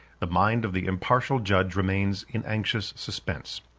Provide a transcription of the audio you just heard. the mind of the impartial judge remains in anxious suspense.